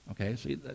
okay